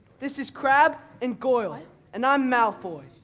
this is crabbe and goyle and i'm malfoy,